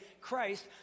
Christ